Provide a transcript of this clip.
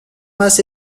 más